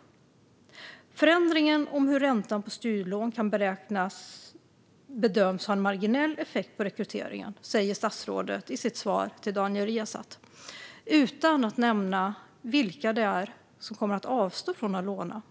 I sitt svar till Daniel Riazat sa statsrådet att förändringen av hur räntan på studielån bedöms har en marginell effekt på rekryteringen, utan att nämna vilka det är som kommer att avstå från att låna.